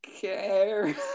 care